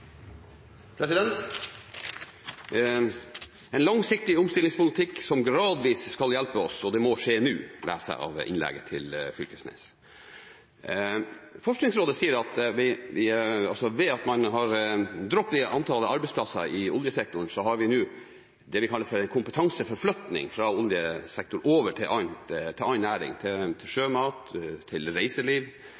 langsiktig omstillingspolitikk som gradvis skal hjelpe oss, og det må skje nå – leser jeg av innlegget til Knag Fylkesnes. Forskningsrådet sier at ved at man har dropp i antallet arbeidsplasser i oljesektoren, har vi nå det vi kaller for en kompetanseforflytning fra oljesektoren over til annen næring – til sjømat, til